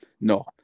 No